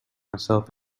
myself